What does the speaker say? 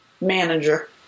manager